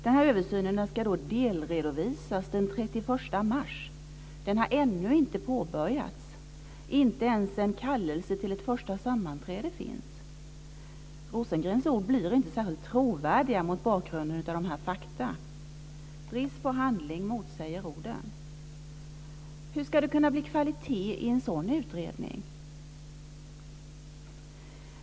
Den här översynen ska delredovisas den 31 mars, men den har ännu inte påbörjats. Inte ens en kallelse till ett första sammanträde finns. Rosengrens ord blir inte särskilt trovärdiga mot bakgrunden av dessa fakta. Brist på handling motsäger orden. Hur ska det kunna bli kvalitet i en sådan utredning?